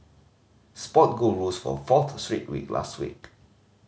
spot gold rose for a fourth straight week last week